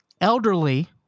elderly